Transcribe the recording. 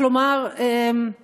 איך לומר, אי-נוחות,